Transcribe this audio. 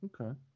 okay